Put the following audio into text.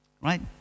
Right